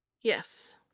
Yes